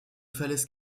falaises